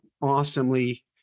awesomely